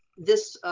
this,